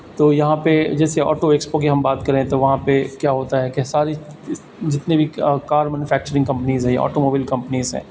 تو یہاں پہ جیسے آٹو ایکسپو کے ہم بات کریں تو وہاں پہ کیا ہوتا ہے کہ ساری جتنے بھی کار مینوفیکچرنگ کمپنیز ہیں آٹوموبائل کمپنیز ہیں